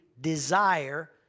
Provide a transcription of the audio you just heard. desire